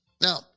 Now